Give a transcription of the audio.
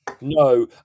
No